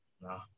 No